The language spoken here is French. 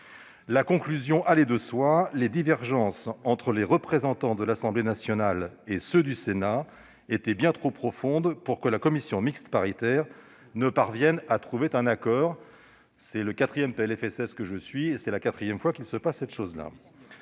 La conclusion allait de soi : les divergences entre les représentants de l'Assemblée nationale et ceux du Sénat étaient bien trop profondes pour que la commission mixte paritaire parvienne à trouver un accord. C'est le quatrième PLFSS que je suis, et c'est la quatrième fois qu'il se termine ainsi.